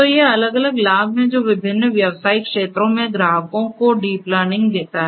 तो ये अलग अलग लाभ हैं जो विभिन्न व्यावसायिक क्षेत्रों में ग्राहकों को डीप लर्निंग देता है